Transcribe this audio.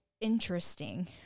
interesting